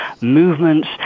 movements